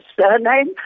surname